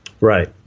Right